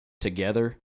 together